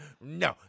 No